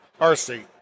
RC